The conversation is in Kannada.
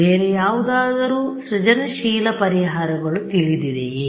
ಬೇರೆ ಯಾವುದಾದರೂ ಸೃಜನಶೀಲ ಪರಿಹಾರಗಳು ತಿಳಿದಿದೆಯೇ